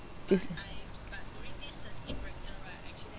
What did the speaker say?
is